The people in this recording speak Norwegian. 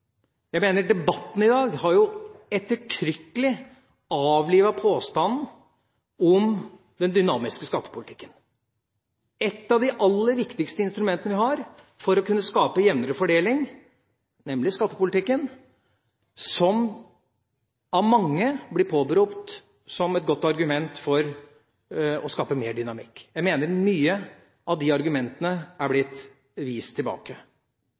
jeg at debatten i dag ettertrykkelig har avlivet påstanden om den dynamiske skattepolitikken. Et av de aller viktigste instrumentene vi har for å kunne skape jevnere fordeling, nemlig skattepolitikken, påberopes av mange som et godt argument for å skape mer dynamikk. Jeg mener at mange av de argumentene har blitt vist tilbake.